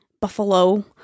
buffalo